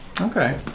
Okay